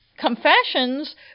confessions